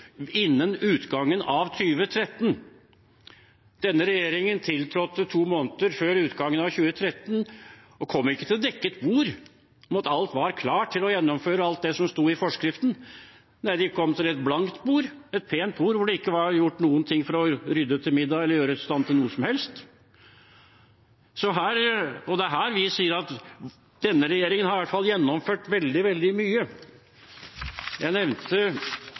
innen utgangen av 2013. Denne regjeringen tiltrådte to måneder før utgangen av 2013 og kom ikke til dekket bord, slik at alt var klart til å gjennomføre alt det som sto i forskriften. Nei, de kom til et blankt bord, et pent bord der det ikke var gjort noen ting for å rydde til middag eller gjøre i stand til noe som helst. Det er her vi sier at denne regjeringen i hvert fall har gjennomført veldig, veldig mye. Jeg nevnte